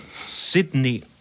Sydney